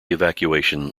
evacuation